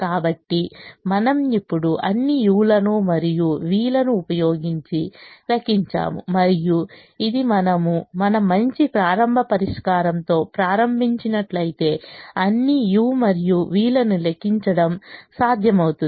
కాబట్టి మనము ఇప్పుడు అన్ని u లను మరియు v లను ఉపయోగించి లెక్కించాము మరియు ఇది మనము మన మంచి ప్రారంభ పరిష్కారంతో ప్రారంభించినట్లయితే అన్ని u మరియు v లను లెక్కించడం సాధ్యమవుతుంది